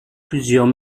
plusieurs